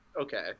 Okay